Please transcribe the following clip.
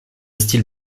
style